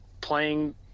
playing